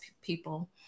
people